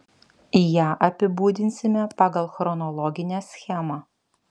ją apibūdinsime pagal chronologinę schemą